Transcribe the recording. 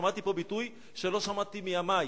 שמעתי פה ביטוי שלא שמעתי מימי,